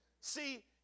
See